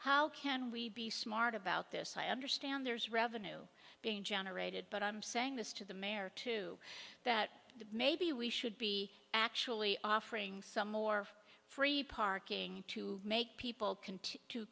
how can we be smart about this i understand there's revenue being generated but i'm saying this to the mayor too that maybe we should be actually offering some more free parking to make people continue to